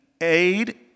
aid